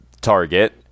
target